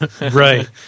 Right